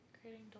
creating